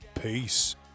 Peace